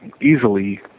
easily